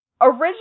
original